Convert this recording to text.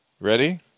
Ready